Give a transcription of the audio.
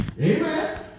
Amen